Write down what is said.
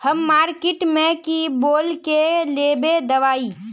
हम मार्किट में की बोल के लेबे दवाई?